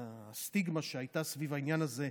הסטיגמה שהייתה סביב העניין הזה.